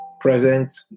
present